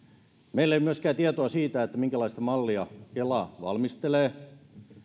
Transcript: meillä ei ole myöskään tietoa siitä minkälaista mallia kela valmistelee